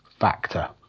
factor